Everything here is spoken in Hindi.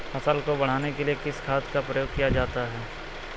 फसल को बढ़ाने के लिए किस खाद का प्रयोग किया जाता है?